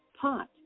pot